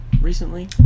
recently